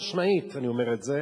חד-משמעית אני אומר את זה,